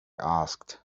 asked